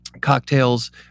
cocktails